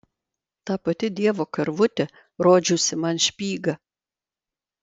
ta pati dievo karvutė rodžiusi man špygą